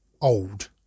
old